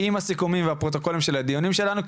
עם הסיכומים והפרוטוקולים של הדיונים שלנו,